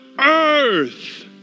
earth